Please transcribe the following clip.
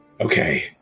Okay